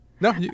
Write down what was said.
no